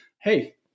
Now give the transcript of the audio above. Hey